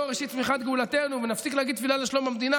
ראשית צמיחת גאולתנו ונפסיק להגיד תפילה לשלום המדינה